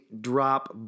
drop